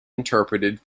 interpreted